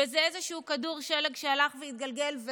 וזה איזשהו כדור שלג שהלך והתגלגל,